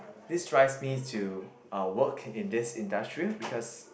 this drives me to uh work in this industry because